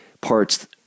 parts